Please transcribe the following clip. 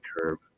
curve